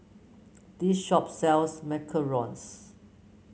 this shop sells Macarons